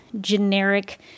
generic